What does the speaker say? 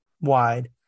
wide